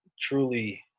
truly